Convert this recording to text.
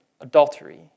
adultery